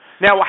Now